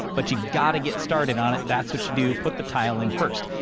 but you've got to get started on it. that's what you do put the tile in first.